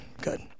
good